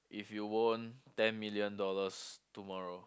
if you won ten million dollars tomorrow